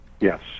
Yes